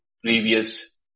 previous